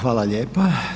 Hvala lijepa.